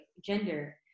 gender